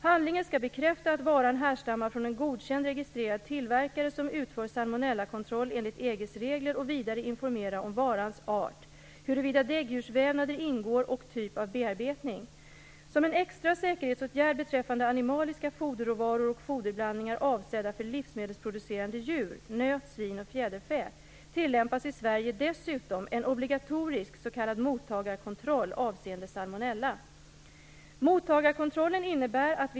Handlingen skall bekräfta att varan härstammar från en godkänd registrerad tillverkare som utför salmonellakontroll enligt EG:s regler och vidare informera om varans art, huruvida däggdjursvävnader ingår och typ av bearbetning. Som en extra säkerhetsåtgärd beträffande animaliska foderråvaror och foderblandningar avsedda för livsmedelsproducerande djur, nöt svin och fjäderfä, tillämpas i Sverige dessutom en obligatorisk s.k. mottagarkontroll avseende salmonella.